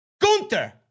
Gunther